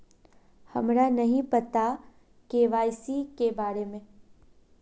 हमरा नहीं पता के.वाई.सी के बारे में?